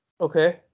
Okay